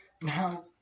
Now